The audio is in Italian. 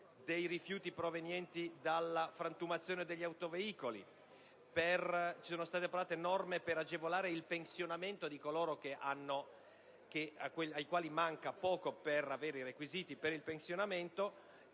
dei rifiuti provenienti dalla frantumazione degli autoveicoli; norme per agevolare il pensionamento di coloro ai quali manca poco per avere i requisiti per il collocamento